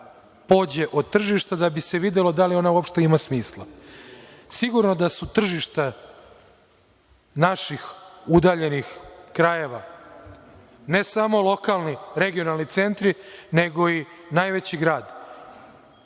da pođe od tržišta, da bi se videlo da li ona uopšte ima smisla. Sigurno da su tržišta naših udaljenih krajeva ne samo lokalni regionalni centri, nego i najveći grad.